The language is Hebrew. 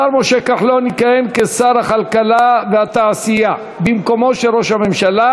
השר משה כחלון יכהן כשר הכלכלה והתעשייה במקומו של ראש הממשלה,